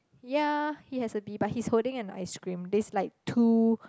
ya he has a bee but he's holding an ice cream there's like two